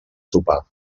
sopar